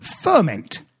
Ferment